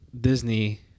Disney